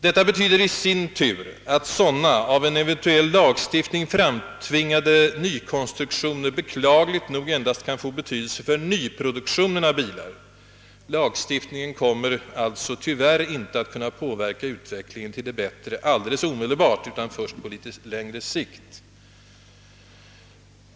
Detta betyder i sin tur att sådana, av en eventuell lagstiftning framtvingade, nykonstruktioner beklagligt nog endast kan få betydelse för nyproduktionen av bilar. Lagstiftningen kommer alltså tyvärr inte att kunna påverka utvecklingen till det bättre omedelbart utan först på litet längre sikt.